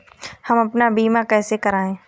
हम अपना बीमा कैसे कराए?